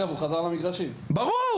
אגב,